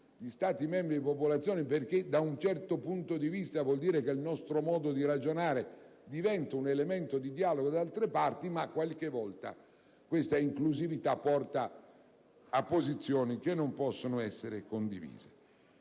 di Stati membri e di popolazioni perché, da un certo punto di vista, ciò significa che il nostro modo di ragionare diventa un elemento di dialogo da altre parti, ma talvolta questa inclusività porta a posizioni che non possono essere condivise.